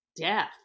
death